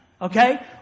Okay